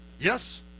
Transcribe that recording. Yes